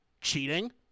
cheating